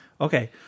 Okay